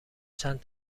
چند